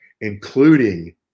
including